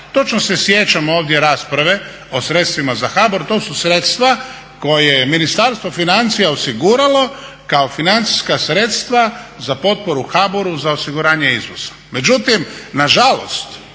Točno se sjećam ovdje rasprave o sredstvima za HBOR. To su sredstva koja je Ministarstvo financija osiguralo kao financijska sredstva za potporu HBOR-u za osiguranje izvoza.